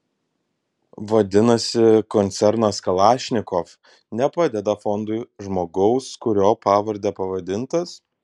vadinasi koncernas kalašnikov nepadeda fondui žmogaus kurio pavarde pavadintas